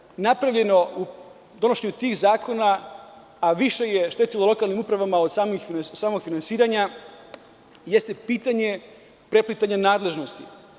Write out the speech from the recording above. Ono što je napravljeno u donošenju tih zakona, a više je štetilo lokalnim upravama od samog finansiranja, jeste pitanje preplitanja nadležnosti.